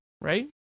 right